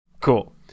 Cool